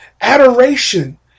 adoration